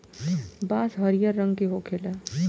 बांस हरियर रंग के होखेला